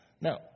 No